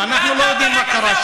אנחנו לא יודעים מה קרה שם.